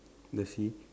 the sea